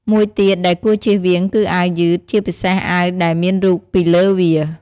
មួយទៀតដែលគួរជៀសវាង គឺអាវយឺត ជាពិសេសអាវដែលមានរូបពីលើវា។